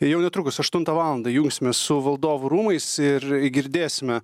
ir jau netrukus aštuntą valandą jungsimės su valdovų rūmais ir girdėsime